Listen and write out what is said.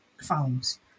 phones